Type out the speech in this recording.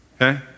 Okay